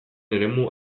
eremu